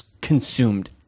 consumed